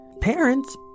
Parents